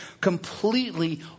completely